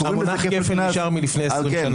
המונח כפל נשאר מלפני 20 שנה.